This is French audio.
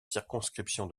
circonscription